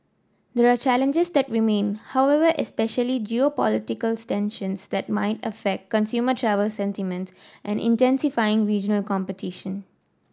there are challenges that remain however especially geopolitical tensions that might affect consumer travel sentiments and intensifying regional competition